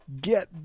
get